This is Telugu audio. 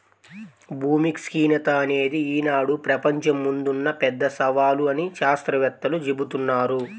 భూమి క్షీణత అనేది ఈనాడు ప్రపంచం ముందున్న పెద్ద సవాలు అని శాత్రవేత్తలు జెబుతున్నారు